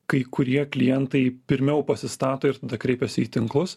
kai kurie klientai pirmiau pasistato ir tada kreipiasi į tinklus